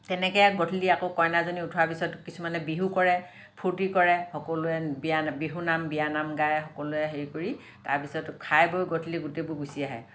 তেনেকৈ গধূলি আকৌ কইনাজনী উঠোৱাৰ পিছত কিছুমানে বিহু কৰে ফূৰ্টি কৰে সকলোৱে বিয়া বিহু নাম বিয়া নাম গায় সকলোৱে হেৰি কৰি তাৰ পিছত খাই বৈ গধূলি গোটেইবোৰ গুচি আহে